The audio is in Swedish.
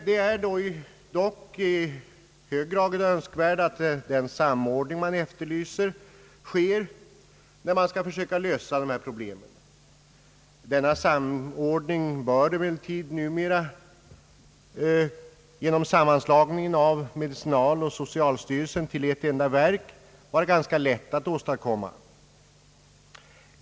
Det är dock i hög grad önskvärt att den samordning som efterlyses sker när man skall försöka lösa dessa problem. Denna samordning bör emellertid numera genom sammanslagningen av medicinalstyrelsen och socialstyrelsen till ett enda verk vara ganska lätt att åstadkomma.